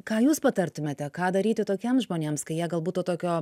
ką jūs patartumėte ką daryti tokiems žmonėms kai jie galbūt tokio